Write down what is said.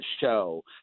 show